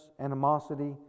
animosity